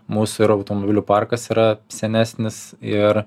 mūsų ir automobilių parkas yra senesnis ir